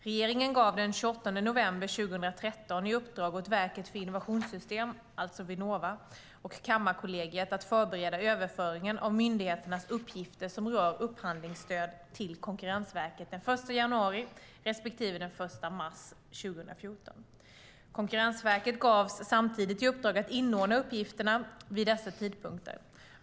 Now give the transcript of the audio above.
Regeringen gav den 28 november 2013 i uppdrag åt Verket för innovationssystem, Vinnova, och Kammarkollegiet att förbereda överföringen av myndigheternas uppgifter som rör upphandlingsstöd till Konkurrensverket den 1 januari respektive den 1 mars 2014. Konkurrensverket gavs samtidigt i uppdrag att inordna uppgifterna vid dessa tidpunkter.